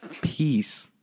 Peace